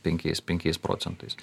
penkiais penkiais procentais